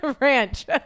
ranch